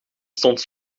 stond